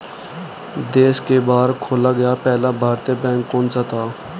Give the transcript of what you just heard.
देश के बाहर खोला गया पहला भारतीय बैंक कौन सा था?